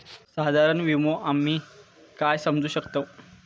साधारण विमो आम्ही काय समजू शकतव?